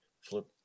flip